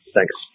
Thanks